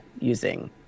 using